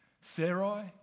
Sarai